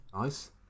Nice